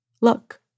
Look